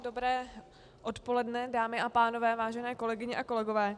Dobré odpoledne, dámy a pánové, vážené kolegyně a kolegové.